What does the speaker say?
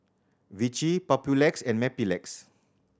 Vichy Papulex and Mepilex